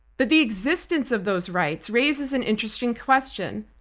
but the existence of those rights raises an interesting question.